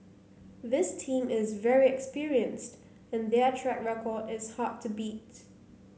this team is very experienced and their track record is hard to beat